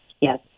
Yes